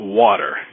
water